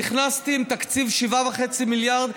נכנסתי עם תקציב 7.5 מיליארד,